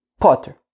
Potter